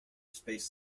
space